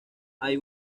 hay